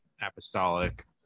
apostolic